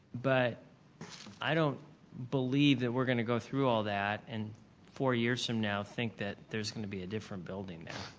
but i don't believe that we're going to go through all that and four years from now think that there's going to be a different building there.